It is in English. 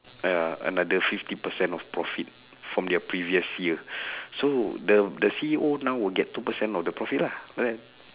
uh another fifty percent of profit from their previous year so the the C_E_O now will get two percent of the profit lah right